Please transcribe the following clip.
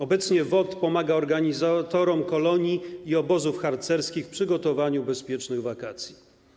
Obecnie WOT pomaga organizatorom kolonii i obozów harcerskich w przygotowaniu bezpiecznych wakacji.